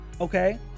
okay